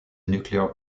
nuclear